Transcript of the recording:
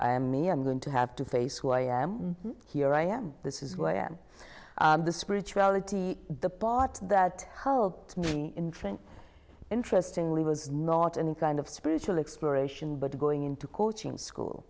am me i'm going to have to face who i am here i am this is where the spirituality the part that helped me in trying interesting lee was not any kind of spiritual exploration but going into coaching school